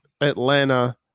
Atlanta